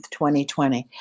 2020